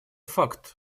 факт